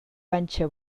panxa